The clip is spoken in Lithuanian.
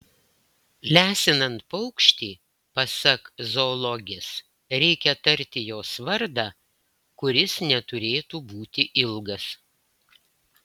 lesinant paukštį pasak zoologės reikia tarti jos vardą kuris neturėtų būti ilgas